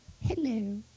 Hello